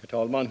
Herr talman!